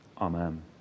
Amen